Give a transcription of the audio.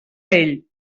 ell